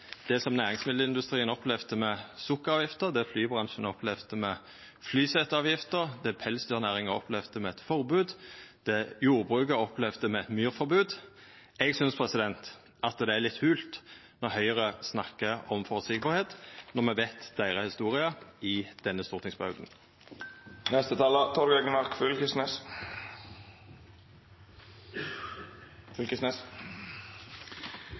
til det næringsmiddelindustrien opplevde med sukkeravgifta, det flybransjen opplevde med flyseteavgifta, det pelsdyrnæringa opplevde med eit forbod og det jordbruket har opplevd med myrforbod. Eg synest det er litt holt når Høgre snakkar om føreseielegheit, når me kjenner til historia deira i denne stortingsperioden.